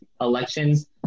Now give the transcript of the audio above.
elections